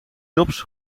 jobs